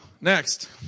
Next